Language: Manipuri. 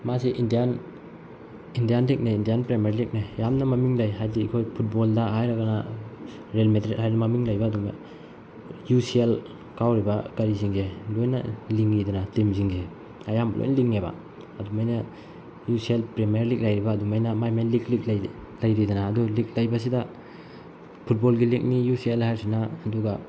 ꯃꯥꯁꯤ ꯏꯟꯗꯤꯌꯟ ꯏꯟꯗꯤꯌꯟ ꯂꯤꯛꯅꯦ ꯏꯟꯗꯤꯌꯟ ꯄ꯭ꯔꯤꯃꯤꯌꯥꯔ ꯂꯤꯛꯅꯦ ꯌꯥꯝꯅ ꯃꯃꯤꯡ ꯂꯩ ꯍꯥꯏꯗꯤ ꯑꯩꯈꯣꯏ ꯐꯨꯠꯕꯣꯜꯗ ꯍꯥꯏꯔꯒꯅ ꯔꯤꯌꯦꯜ ꯃꯦꯗ꯭ꯔꯤꯠ ꯍꯥꯏꯅ ꯃꯃꯤꯡ ꯂꯩꯕ ꯑꯗꯨꯃꯥꯏꯅ ꯌꯨ ꯁꯤ ꯑꯦꯜ ꯀꯥꯎꯔꯤꯕ ꯀꯔꯤꯁꯤꯡꯁꯦ ꯂꯣꯏꯅ ꯂꯤꯡꯉꯤꯗꯅ ꯇꯤꯝꯁꯤꯡꯁꯦ ꯑꯌꯥꯝꯕ ꯂꯣꯏꯅ ꯂꯤꯡꯉꯦꯕ ꯑꯗꯨꯃꯥꯏꯅ U C L premier league ꯂꯩꯔꯤꯕ ꯑꯗꯨꯃꯥꯏꯅ ꯃꯥꯏ ꯃꯥꯏ ꯂꯤꯛ ꯂꯤꯛ ꯂꯩꯔꯤꯗꯅ ꯑꯗꯨ ꯂꯤꯛ ꯂꯩꯕꯁꯤꯗ ꯐꯨꯠꯕꯣꯜꯒꯤ ꯂꯤꯛꯅꯤ ꯌꯨ ꯁꯤ ꯑꯦꯜ ꯍꯥꯏꯔꯤꯁꯤꯅ ꯑꯗꯨꯒ